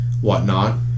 whatnot